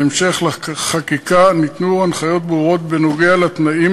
בהמשך לחקיקה ניתנו הנחיות ברורות בנוגע לתנאים